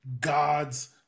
gods